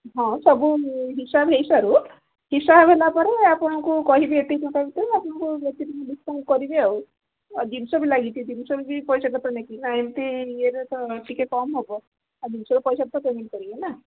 ହଁ ସବୁ ହିସାବ ହୋଇସାରୁ ହିସାବ ହେଲା ହେଲା ପରେ ଆପଣଙ୍କୁ କହିବେ ଏତିକି ଟଙ୍କା ଭିତରେ ଆପଣଙ୍କୁ ଦେଖିକିରି ଡିସକାଉଣ୍ଟ କରିବି ଆଉ ଜିନିଷ ବି ଲାଗିଛି ଜିନିଷ ବି ପଇସା ତ ନନେଇକି ନା ଏମିତି ଇଏରେ ତ ଟିକେ କମ୍ ହେବ ଆଉ ଜିନିଷ ପଇସା ତ ପେମେଣ୍ଟ କରିବେ ନା